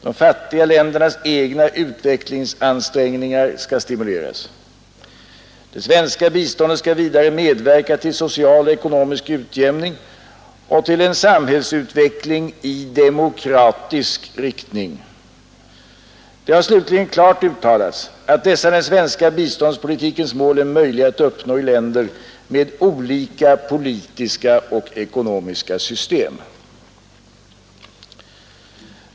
De fattiga ländernas egna utvecklingsansträngningar skall stimuleras. Det svenska biståndet skall vidare medverka till social och ekonomisk utjämning och till en samhällsutveckling i demokratisk riktning. Det har slutligen klart uttalats att dessa den svenska biståndspolitikens mål är möjliga att uppnå i länder med olika politiska och ekonomiska system.